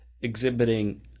exhibiting